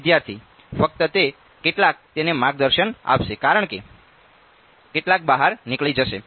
વિદ્યાર્થી ફક્ત તે કેટલાક તેને માર્ગદર્શન આપશે કેટલાક બહાર નીકળી જશે